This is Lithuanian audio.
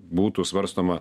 būtų svarstoma